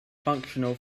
functional